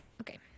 Okay